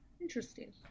Interesting